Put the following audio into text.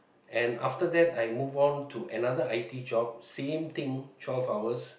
and after that I move on to another I_T job same thing twelve hours